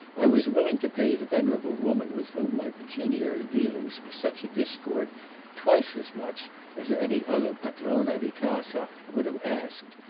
i was willing to pay the venerable woman with whom my pecuniary dealings were such a discord twice as much as any other padrona di casa would have asked,